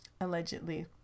allegedly